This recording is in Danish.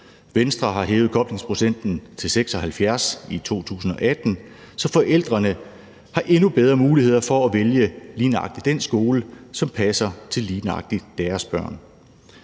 Venstre har hævet koblingsprocenten til 76 pct. i 2018, så forældrene har endnu bedre muligheder for at vælge lige nøjagtig den skole, som passer til lige